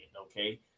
okay